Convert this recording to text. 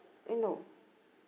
I know